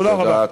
תודה רבה.